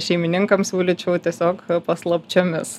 šeimininkams siūlyčiau tiesiog paslapčiomis